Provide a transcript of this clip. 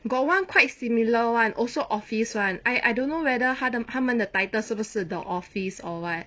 got one quite similar [one] also office one I I don't know whether 他的他们的 title 是不是 the office or what